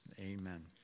Amen